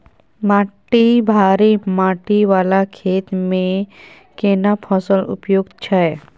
माटी भारी माटी वाला खेत में केना फसल उपयुक्त छैय?